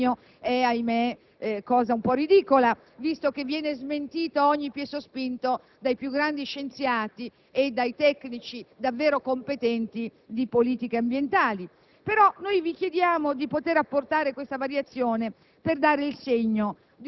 un po' comica, perché parlare di autorevolezza a proposito del ministro Pecoraro Scanio è - ahimè - cosa un po' ridicola, visto che viene smentito a ogni piè sospinto dai più grandi scienziati e dai tecnici davvero competenti in materia di politiche ambientali.